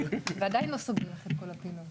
יש לך הצעה לנוסח?